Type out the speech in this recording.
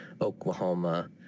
Oklahoma